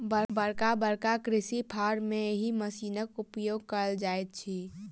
बड़का बड़का कृषि फार्म मे एहि मशीनक उपयोग कयल जाइत अछि